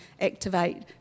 Activate